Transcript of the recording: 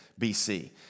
BC